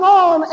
on